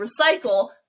recycle